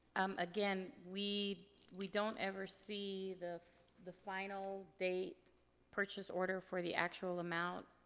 um again, we we don't ever see the the final date purchase order for the actual amount.